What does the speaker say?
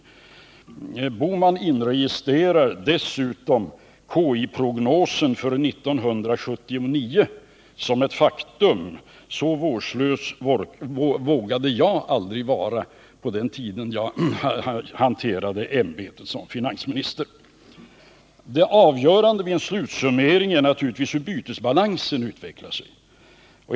Herr Bohman inregistrerar dessutom KI-prognosen för 1979 som ett faktum. Så vårdslös vågade jag aldrig vara på den tiden jag hanterade ämbetet som finansminister. Det avgörande vid en slutsummering är naturligtvis hur bytesbalansen utvecklar sig.